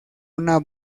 una